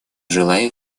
желаю